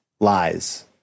lies